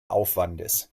aufwandes